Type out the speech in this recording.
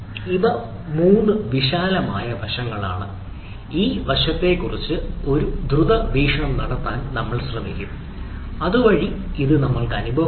ഇവ മൂന്ന് വിശാലമായ വശങ്ങളാണ് ഈ വശത്തെക്കുറിച്ച് ഒരു ദ്രുത വീക്ഷണം നടത്താൻ നമ്മൾ ശ്രമിക്കും അതുവഴി നമ്മൾക്ക് ഇത് അനുഭവപ്പെടും